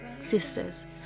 Sisters